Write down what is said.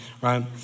Right